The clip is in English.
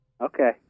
Okay